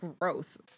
gross